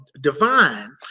divine